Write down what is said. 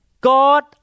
God